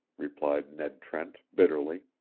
replied ned trent, bitterly.